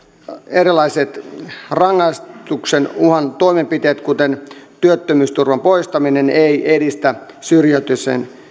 erilaiset rangaistuksen uhan toimenpiteet kuten työttömyysturvan poistaminen eivät edistä syrjäytymisen